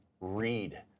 read